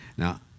Now